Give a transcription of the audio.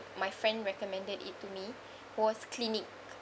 my friend recommended it to me was Clinique